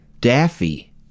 Daffy